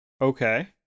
Okay